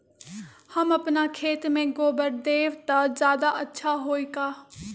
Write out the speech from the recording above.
हम अपना खेत में गोबर देब त ज्यादा अच्छा होई का?